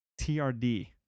trd